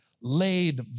laid